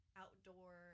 outdoor